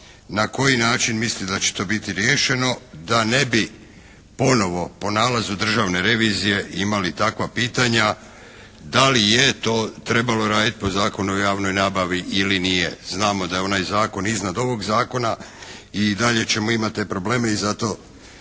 na koji način misli da će to biti riješeno da ne bi ponovo po nalazu Državne revizije imali takva pitanja da li je to trebalo raditi po Zakonu o javnoj nabavi ili nije. Znamo da je onaj zakon iznad ovog Zakona, i dalje ćemo imat te probleme i zato